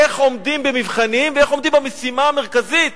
איך עומדים במבחנים ואיך עומדים במשימה המרכזית